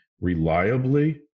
reliably